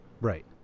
Right